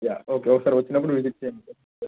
yeah okay ఒకసారి వచ్చినప్పుడు visit చేయండి సార్